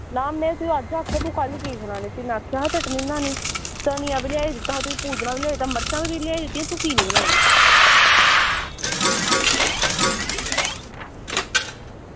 ना में तुगी अज्ज आक्खेआ कल्ल की सनाना ना में तुगी अज्ज आक्खेआ धनिया बी लेआई दित्ता हा तुगी पुदीना बी लेआई दित्ता हा मर्चां बी लेआई दित्तियां तूं की निं बनाई